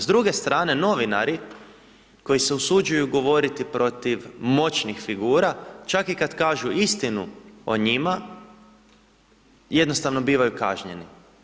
S druge strane novinari koji se usuđuju govoriti protiv moćnih figura, čak i kad kažu istinu o njima jednostavno bivaju kažnjeni.